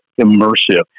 immersive